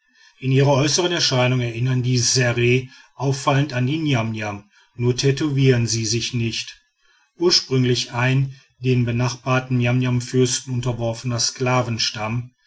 in ihrer äußern erscheinung erinnern die ssere auffallend an die niamniam nur tätowieren sie sich nicht ursprünglich ein den benachbarten niamniamfürsten unterworfener